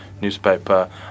newspaper